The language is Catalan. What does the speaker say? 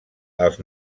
els